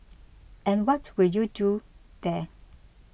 and what will you do there